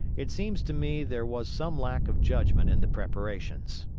it seems to me there was some lack of judgment in the preparations.